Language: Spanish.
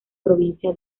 provincia